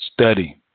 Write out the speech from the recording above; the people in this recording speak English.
Study